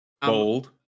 Bold